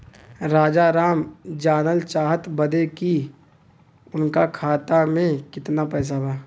राजाराम जानल चाहत बड़े की उनका खाता में कितना पैसा बा?